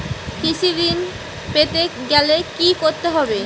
কৃষি ঋণ পেতে গেলে কি করতে হবে?